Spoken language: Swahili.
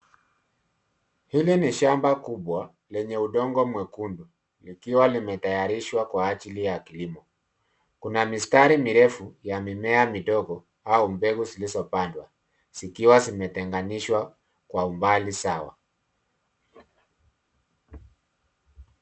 Hili ni shamba kubwa lenye udongo mwekundu, likiwa limetayarishwa kwa ajili ya kilimo. Kuna mistari mirefu ya mimea midogo au mbegu zilizopadwa zikiwa zimetenganishwa kwa umbali sawa.